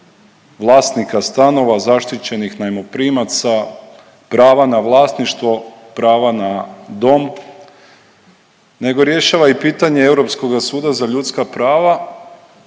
vlasnika stanova, zaštićenih najmoprimaca, prava na vlasništvo, prava na dom nego rješava i pitanje Europskoga suda za ljudska prava